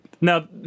now